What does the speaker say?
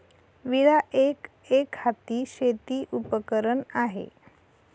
विळा एक, एकहाती शेती उपकरण आहे